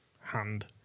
hand